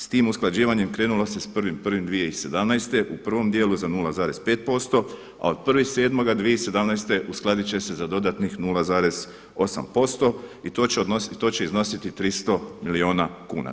S tim usklađivanjem krenulo se s 1.1.2017. u prvom dijelu za 0,5% a od 1,7.2017. uskladit će se za dodatnih 0,8% i to će iznositi 300 milijuna kuna.